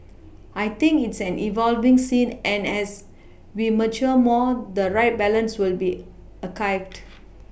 I think it's an evolving scene and as we mature more the right balance will be